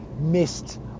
missed